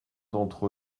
d’entre